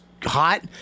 Hot